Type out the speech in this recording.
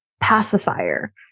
pacifier